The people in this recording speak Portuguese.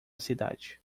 cidade